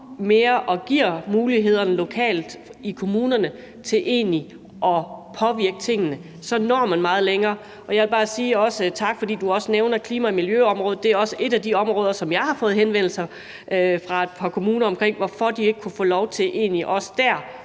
og giver muligheder lokalt til kommunerne for at påvirke tingene. Så når man meget længere. Jeg vil også bare sige tak, fordi du også nævner klima- og miljøområdet. Det er også et af de områder, som jeg har fået henvendelser fra et par kommuner om, nemlig hvorfor de ikke kunne få lov til egentlig også der